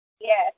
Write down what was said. Yes